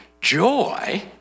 joy